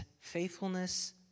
faithfulness